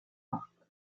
lock